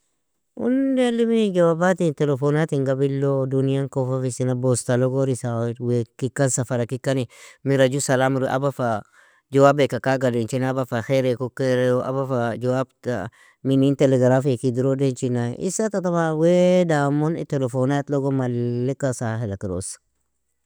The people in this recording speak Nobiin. Undelime jawabati in telefonatin gabilo duniyan kofafisina bostalogo risa_wea kikaan safara kikani mira ju salamro aba fa jawabeaka kaga dainchina, aba fa khereaka ukearo, aba fa jawabta minin telegrafieak idrodanchina Issata taban wea damon telefonatlogo malleka sahilakros.